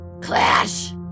Clash